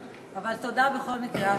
אבל תודה בכל מקרה,